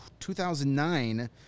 2009